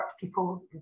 people